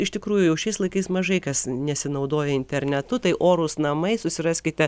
iš tikrųjų jau šiais laikais mažai kas nesinaudoja internetu tai orūs namai susiraskite